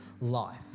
life